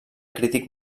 crític